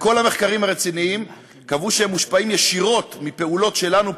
וכל המחקרים הרציניים קבעו שהם מושפעים ישירות מפעולות שלנו,